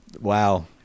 wow